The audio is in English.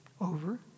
over